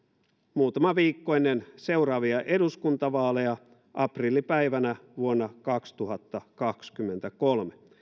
muutama viikko ennen seuraavia eduskuntavaaleja aprillipäivänä vuonna kaksituhattakaksikymmentäkolme